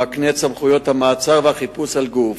המקנה את סמכויות המעצר והחיפוש על גוף,